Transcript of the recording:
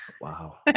Wow